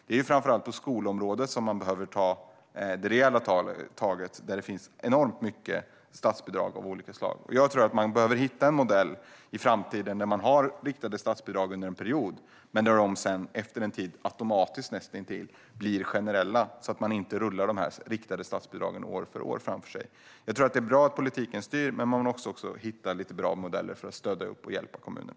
Det är framför allt på skolområdet som man behöver ta rejäla tag - där finns det enormt många statsbidrag av olika slag. Jag tror att man behöver hitta en modell för framtiden där man har riktade statsbidrag under en period men ser till att de efter en tid näst intill automatiskt blir generella så att man inte rullar dem framför sig år efter år. Jag tror att det är bra att politiken styr, men man bör också hitta bra modeller för att stödja och hjälpa kommunerna.